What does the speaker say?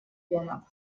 пена